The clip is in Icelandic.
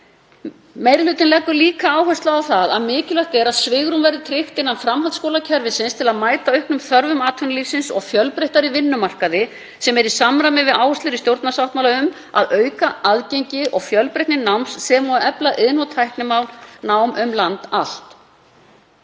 Meiri hlutinn leggur líka áherslu á að mikilvægt er að svigrúm verði tryggt innan framhaldsskólakerfisins til að mæta auknum þörfum atvinnulífsins og fjölbreyttari vinnumarkaði, sem er í samræmi við áherslur í stjórnarsáttmála um að auka aðgengi og fjölbreytni náms sem og að efla iðn- og tækninám um land allt.